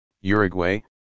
Uruguay